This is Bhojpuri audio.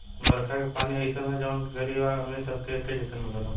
बरखा के पानी अइसन ह जवन की गरीब आ अमीर सबके एके जईसन मिलेला